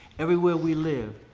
everywhere we live,